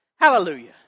Hallelujah